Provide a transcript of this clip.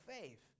faith